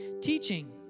Teaching